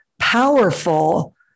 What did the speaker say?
powerful